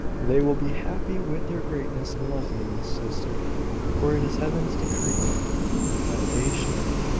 they will be happy with their greatness and loveliness, sister for it is heaven's decree that they should.